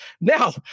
Now